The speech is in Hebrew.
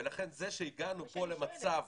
ולכן זה שהגענו פה למצב